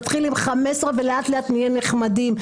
נתחיל עם 15 ולאט-לאט נהיה נחמדים.